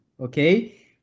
okay